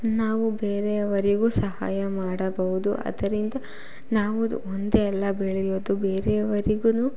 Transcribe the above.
ನಾವು ಬೇರೆಯವರಿಗೂ ಸಹಾಯ ಮಾಡಬಹುದು ಅದರಿಂದ ನಾವು ದು ಮುಂದೆ ಎಲ್ಲ ಬೆಳಿಯೋದು ಬೇರೆಯವರಿಗೂ